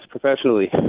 professionally